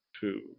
two